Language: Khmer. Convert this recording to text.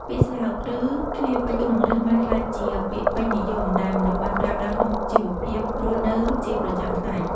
ពាក្យស្លោក ឬឃ្លាពេចន៍ក្នុងរឿងបានក្លាយជាពាក្យពេញនិយមដែលមនុស្សបានប្រើប្រាស់ក្នុងជីវភាពរស់នៅជាប្រចាំថ្ងៃ។